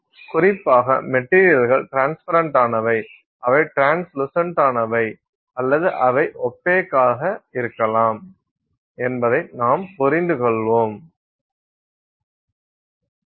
குறிப்பாக மெட்டீரியல்கள் ட்ரான்ஸ்பரண்டானவை அவை டிரன்ஸ்லுசெண்டானவை அல்லது அவை ஒப்பேக்காக இருக்கலாம் என்பதை நாம் புரிந்துகொள்கிறோம்